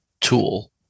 tool